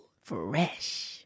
Fresh